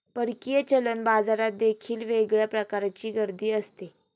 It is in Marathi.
परकीय चलन बाजारात देखील वेगळ्या प्रकारची गर्दी असते